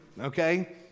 okay